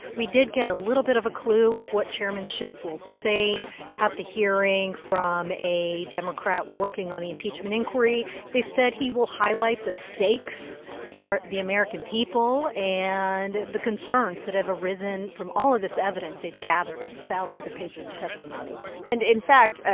we did get a little bit of a clue of what chairman schiff will say at the hearing from a democrat working on the impeachment inquiry. they said he will highlight the stakes for the american people and the concerns that have arisen from all of this evidence they've gathered over thousands of page of testimony and in fact,